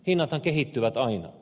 hinnathan kehittyvät aina